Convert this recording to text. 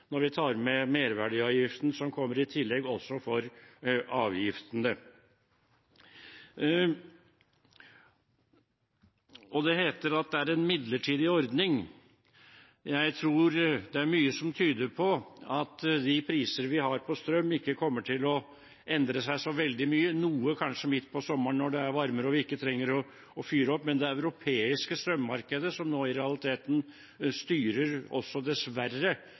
når vi tar med merverdiavgiften som kommer i tillegg også for avgiftene. Det heter at det er en midlertidig ordning. Jeg tror det er mye som tyder på at de priser vi har på strøm, ikke kommer til å endre seg så veldig mye, kanskje noe midt på sommeren når det er varmere og vi ikke trenger å fyre, men det er det europeiske strømmarkedet som nå i realiteten styrer, dessverre,